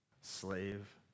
Slave